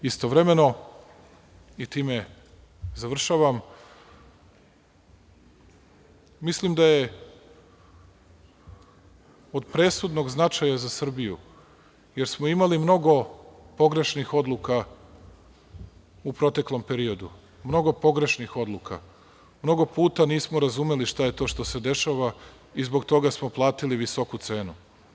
Istovremeno, i time završavam, mislim da je od presudnog značaja za Srbiju jer smo imali mnogo pogrešnih odluka u proteklom periodu, mnogo pogrešnih odluka, mnogo puta nismo razumeli šta je to što se dešava i zbog toga smo platili visoku cenu.